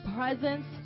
presence